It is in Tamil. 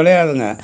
கிடையாதுங்க